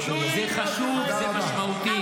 זה חשוב, זה משמעותי.